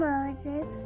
Moses